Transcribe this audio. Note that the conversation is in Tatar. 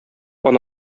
аны